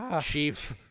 Chief